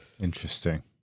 Interesting